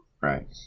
Right